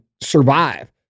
survive